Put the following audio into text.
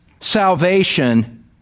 salvation